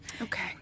Okay